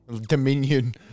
dominion